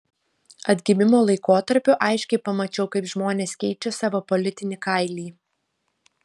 atgimimo laikotarpiu aiškiai pamačiau kaip žmonės keičia savo politinį kailį